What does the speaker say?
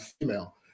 female